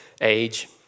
age